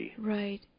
right